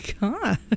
god